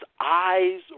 eyes